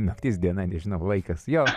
naktis diena nežinau laikas jo